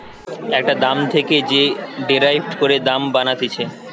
একটা দাম থেকে যে ডেরাইভ করে দাম বানাতিছে